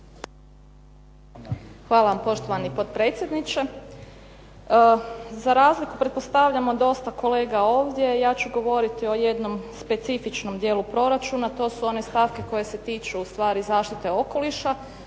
Hvala vam poštovani potpredsjedniče. Za razliku pretpostavljamo dosta kolega ovdje ja ću govoriti o jednom specifičnom dijelu proračuna, a to su one stavke koje se tiču u stvari zaštite okoliša